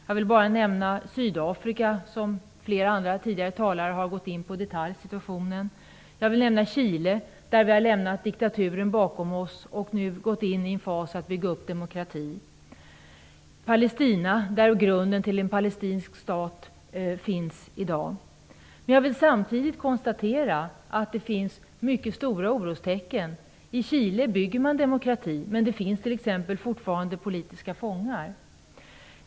Jag vill nämna situationen i Sydafrika, som flera andra tidigare talare har gått in på i detalj. Jag vill också nämna Chile som nu har lämnat diktaturen bakom sig och nu har gått in i en fas för att bygga upp en demokrati. I Palestina finns i dag grunden för en palestinsk stat. Samtidigt finns det många stora orostecken. I Chile bygger man upp en demokrati, men det finns t.ex. fortfarande politiska fångar.